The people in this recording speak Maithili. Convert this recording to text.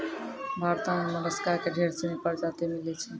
भारतो में मोलसका के ढेर सिनी परजाती मिलै छै